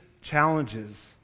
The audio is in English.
challenges